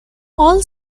all